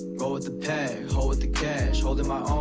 go with the peg hole with the cash holding my